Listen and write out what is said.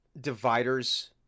dividers